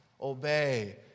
obey